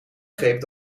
greep